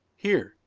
here!